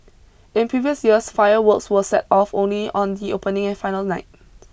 in previous years fireworks were set off only on the opening and final nights